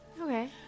Okay